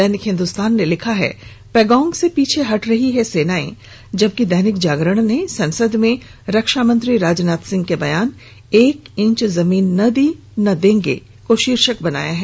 दैनिक हिन्दुस्तान ने लिखा है पैंगोंग से पीछे हट रही हैं सेनाएं जबकि दैनिक जागरण ने संसद में रक्षामंत्री राजनाथ सिंह के बयान एक इंच जमीन न दी न देंगे को शीर्षक बनाया है